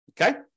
Okay